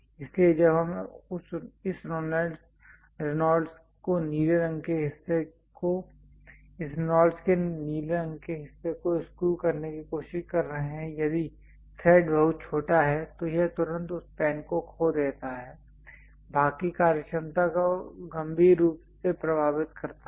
इसलिए जब हम इस रेनॉल्ड्स को नीले रंग के हिस्से को स्क्रू करने की कोशिश कर रहे हैं यदि थ्रेड बहुत छोटा है तो यह तुरंत उस पेन को खो देता है और भाग की कार्यक्षमता को गंभीर रूप से प्रभावित करता है